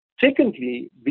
Secondly